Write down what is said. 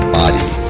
body